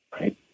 right